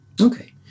Okay